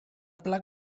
pla